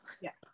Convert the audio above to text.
Yes